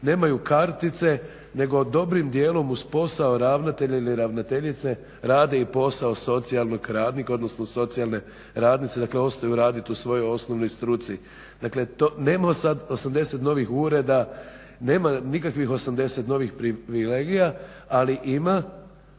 nemaju kartice nego dobrim dijelom uz posao ravnatelja ili ravnateljice rade i posao socijalnog radnika odnosno socijalne radnice dakle ostaju raditi u svojoj osnovnoj struci. Dakle to nema sada 80 novih ureda, nema nikakvih novih 80 privilegija ali ima